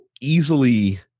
easily